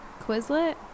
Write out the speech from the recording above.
Quizlet